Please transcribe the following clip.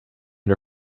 her